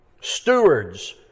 stewards